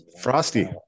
Frosty